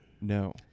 No